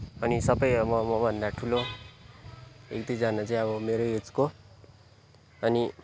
अनि सबै अब मभन्दा ठुलो एक दुई जना चाहिँ अब मेरै एजको अनि